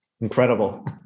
Incredible